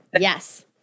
Yes